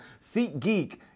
SeatGeek